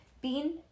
Bean